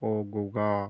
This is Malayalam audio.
പോകുക